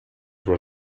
were